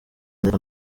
ariko